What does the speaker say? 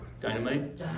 Dynamite